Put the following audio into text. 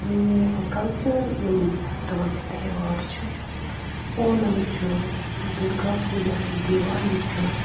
یِم کَلچرل یِم فیسٹِول چھِ تہوار چھِ پونَم چھُ دُرگا پوٗجا چھُ دیوالی چھُ